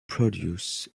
produced